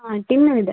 ಹಾಂ ಟಿನ್ನೂ ಇದೆ